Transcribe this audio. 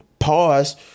Pause